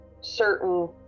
certain